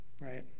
right